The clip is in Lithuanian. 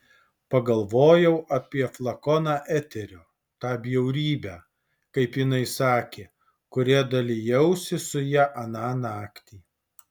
pagalvojau apie flakoną eterio tą bjaurybę kaip jinai sakė kuria dalijausi su ja aną naktį